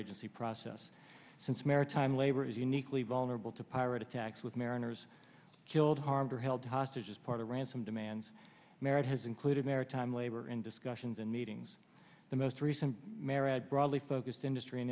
agency process since maritime labor is uniquely vulnerable to pirate attacks with mariners killed harmed or held hostage as part of ransom demands merit has included maritime labor in discussions and meetings the most recent merit broadly focused industry